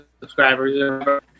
subscribers